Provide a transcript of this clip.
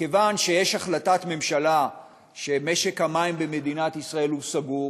מכיוון שיש החלטת ממשלה שמשק המים במדינת ישראל הוא סגור,